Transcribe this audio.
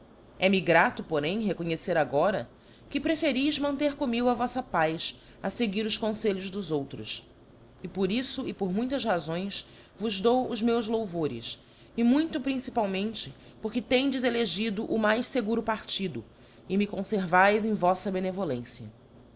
caufa é-me grato porém reconhecer agora que preferis manter comigo a voffa paz a feguir os confelhos dos outros e por iffo e por muitas razões vos dou os meus louvores e muito principalmente porque tendes elegido o mais feguro partido e me confervaes em voffa benevolência